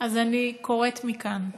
אז אני קוראת מכאן לממשלה: